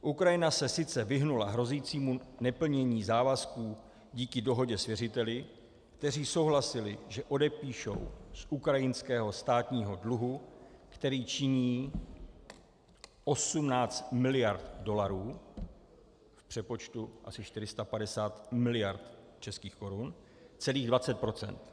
Ukrajina se sice vyhnula hrozícímu neplnění závazků díky dohodě s věřiteli, kteří souhlasili, že odepíší z ukrajinského státního dluhu, který činí 18 miliard dolarů, v přepočtu asi 450 miliard českých korun, celých 20 %.